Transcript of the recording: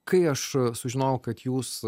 kai aš sužinojau kad jūs